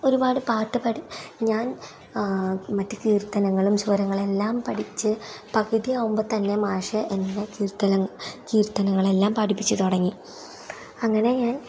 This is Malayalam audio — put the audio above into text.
ഒരുപാട് പാട്ട് പഠി ഞാൻ മറ്റ് കീർത്തനങ്ങളും സ്വരങ്ങളെല്ലാം പഠിച്ച് പകുതിയാകുമ്പം തന്നെ മാഷ് എന്നെ കീർത്തന കീർത്തനങ്ങളെല്ലാം പഠിപ്പിച്ച് തുടങ്ങി അങ്ങനെ ഞാൻ